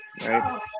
Right